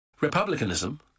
Republicanism